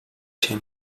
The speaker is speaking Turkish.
şey